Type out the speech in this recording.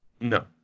No